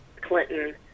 Clinton